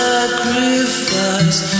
Sacrifice